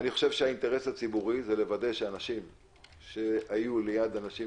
אני חושב שהאינטרס הציבורי זה לוודא שאנשים שהיו ליד אנשים